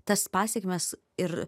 tas pasekmes ir